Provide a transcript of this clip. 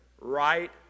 right